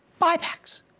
buybacks